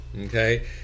okay